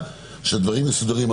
הדברים צריכים להיות מסודרים.